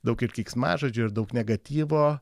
daug ir keiksmažodžių ir daug negatyvo